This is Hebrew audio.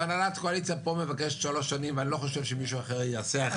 והנהלת קואליציה פה מבקשת 3 שנים אני לא חושב שמישהו אחר יעשה אחרת.